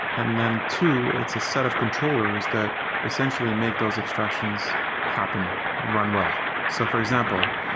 and then two, it's a set of controllers that essentially make those abstractions happen run well. so for example,